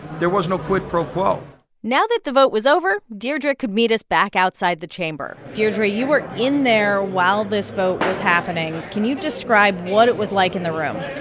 there was no quid pro quo now that the vote was over, deirdre could meet us back outside the chamber deirdre, you were in there while this vote was happening. can you describe what it was like in the room?